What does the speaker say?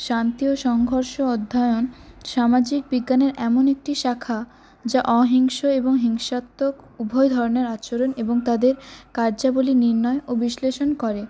শান্তি ও সংঘর্ষ অধ্যায়ন সামাজিক বিজ্ঞানের এমন একটি শাখা যা অহিংস এবং হিংসাত্মক উভয় ধরনের আচরণ এবং তাদের কার্যাবলী নির্ণয় ও বিশ্লেষণ করে